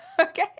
okay